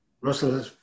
Russell